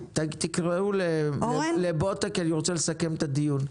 תקראו לאורן בוטא כי אני רוצה לסכם את הדיון.